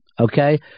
okay